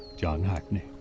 john hackney.